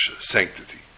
sanctity